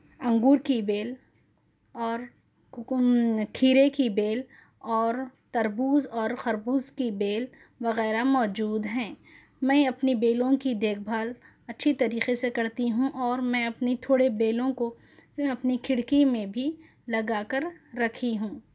انگور کی بیل اور ککم کھیرے کی بیل اور تربوز اور خربوز کی بیل وعیرہ موجود ہیں میں اپنی بیلوں کی دیکھ بھال اچھی طریقے سے کرتی ہوں اور میں اپنی تھوڑے بیلوں کو اپنی کھڑکی میں بھی لگا کر رکھی ہوں